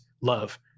love